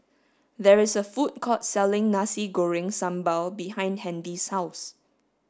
there is a food court selling Nasi Goreng Sambal behind Handy's house